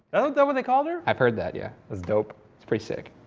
that what they called her? i've heard that, yeah. that's dope. it's pretty sick.